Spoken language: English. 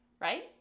right